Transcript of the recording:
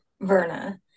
Verna